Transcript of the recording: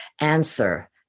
answer